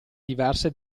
diverse